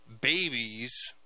babies